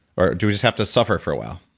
or, do we just have to suffer for a while?